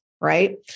right